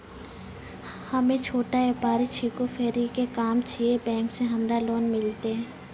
हम्मे छोटा व्यपारी छिकौं, फेरी के काम करे छियै, बैंक से हमरा लोन मिलतै?